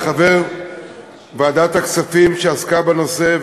וכחבר ועדת הכספים שעסקה בנושא,